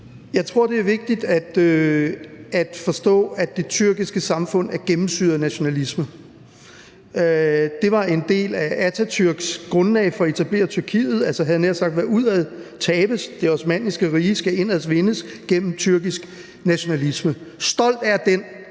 Jeg tror, det er vigtigt at forstå, at det tyrkiske samfund er gennemsyret af nationalisme. Det var en del af Atatürks grundlag for at etablere Tyrkiet, altså – havde jeg nær sagt – hvad udad tabes af det osmanniske rige, skal indad vindes gennem tyrkisk nationalisme. Stolt er den,